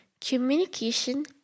communication